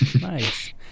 nice